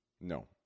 no